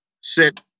sit